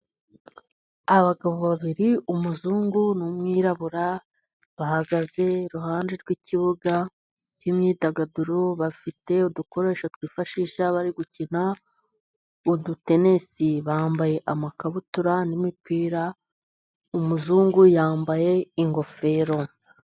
Abagabo babiri, umuzungu n'umwirabura, bahagaze iruhande rw'ikibuga cy'imyidagaduro, bafite udukoresho twifashisha bari gukina udutenisi. Bambaye amakabutura n'imipira, umuzungu yambaye ingofero.